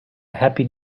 happy